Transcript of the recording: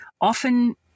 Often